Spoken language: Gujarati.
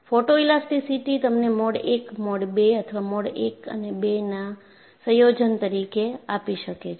ફોટોઇલાસ્ટીસીટી તમને મોડ 1 મોડ 2 અથવા મોડ 1 અને મોડ 2 ના સંયોજન તરીકે આપી શકે છે